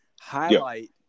highlight